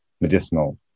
medicinal